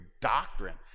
doctrine